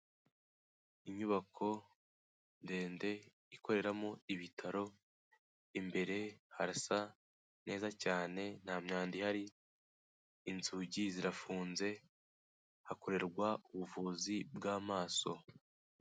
Inyubako ndende ikoreramo ibitaro, imbere harasa neza cyane nta myanda ihari, inzugi zirafunze, hakorerwa ubuvuzi bw'amaso.